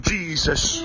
Jesus